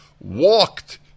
walked